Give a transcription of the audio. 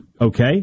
okay